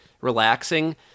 relaxing